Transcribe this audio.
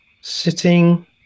sitting